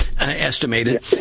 estimated